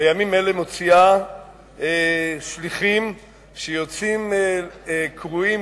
בימים אלה אלה מוציאה שליחים שיוצאים קרואים,